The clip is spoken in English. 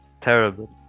terrible